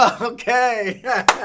Okay